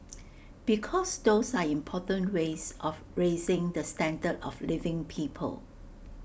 because those are important ways of raising the standard of living people